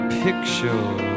picture